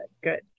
Good